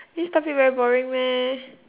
this topic very boring meh